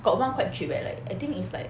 got one quite cheap leh like I think is like